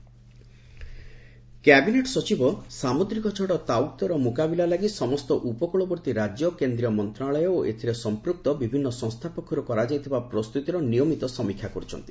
cabinet cyclone cabinet ସଚିବ ସାମୁଦ୍ରିକ ଝଡ଼ ତାଉକ୍ତେର ମୁକାବିଲା ଲାଗି ସମସ୍ତ ଉପକ୍ୱଳବର୍ତ୍ତୀ ରାଜ୍ୟ କେନ୍ଦ୍ରୀୟ ମନ୍ତ୍ରଣାଳୟ ଓ ଏଥିରେ ସମ୍ପ୍ରକ୍ତ ବିଭିନ୍ନ ସଂସ୍ଥା ପକ୍ଷର୍ କରାଯାଇଥିବା ପ୍ରସ୍ତତିର ନିୟମିତ ସମୀକ୍ଷା କର୍ତ୍ଛନ୍ତି